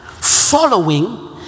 following